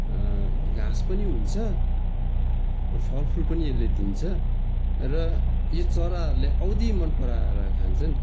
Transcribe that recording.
घाँस पनि हुन्छ अब फल फुल पनि यसले दिन्छ र यो चराहरूले औधी मन पराएर खान्छन्